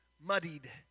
muddied